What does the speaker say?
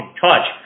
touch